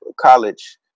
college